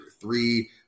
three